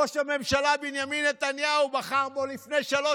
ראש הממשלה בנימין נתניהו בחר בו לפני שלוש